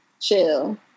chill